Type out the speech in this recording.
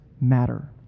matter